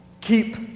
Keep